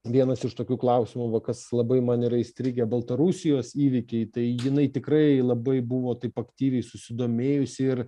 vienas iš tokių klausimų kas labai man yra įstrigę baltarusijos įvykiai tai jinai tikrai labai buvo taip aktyviai susidomėjusi ir